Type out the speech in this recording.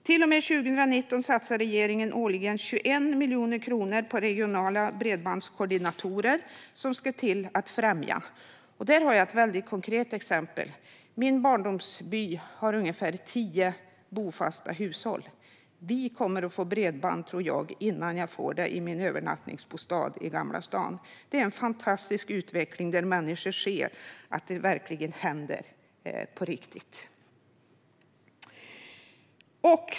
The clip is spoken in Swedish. Till och med år 2019 satsar regeringen årligen 21 miljoner kronor på regionala bredbandskoordinatorer som ska vara främjande. Där har jag ett konkret exempel. Min barndomsby har ungefär tio bofasta hushåll, och jag tror att vi kommer att få bredband innan jag får det i min övernattningsbostad i Gamla stan. Det är en fantastisk utveckling där människor ser att det verkligen händer på riktigt.